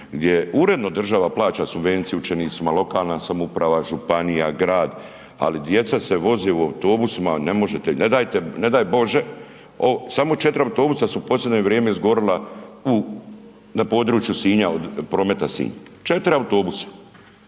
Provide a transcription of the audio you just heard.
gdje uredno država plaća subvenciju učenicima, lokalna samouprava, županija, grad, ali djeca se voze u autobusima. Ne daj Bože samo 4 autobusa su u posljednje vrijeme izgorila na području Sinja od Prometa Sinj, 4 autobusa.